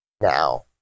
now